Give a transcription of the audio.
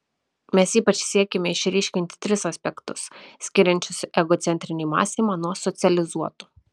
mes ypač siekėme išryškinti tris aspektus skiriančius egocentrinį mąstymą nuo socializuoto